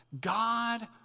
God